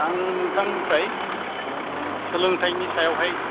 आं नोंथांनिफ्राय सोलोंथाइनि सायाव हाय